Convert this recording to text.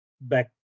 back